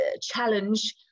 challenge